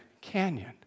Canyon